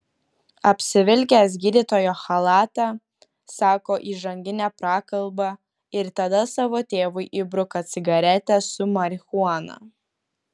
apsivilkęs gydytojo chalatą sako įžanginę prakalbą ir tada savo tėvui įbruka cigaretę su marihuana